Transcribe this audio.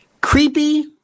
Creepy